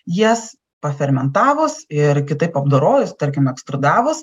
jas pafermentavus ir kitaip apdorojus tarkim ekstrudavus